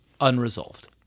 unresolved